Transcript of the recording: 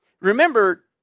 Remember